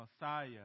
Messiah